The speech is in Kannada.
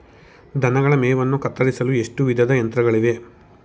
ದನಗಳ ಮೇವನ್ನು ಕತ್ತರಿಸಲು ಎಷ್ಟು ವಿಧದ ಯಂತ್ರಗಳಿವೆ?